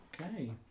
Okay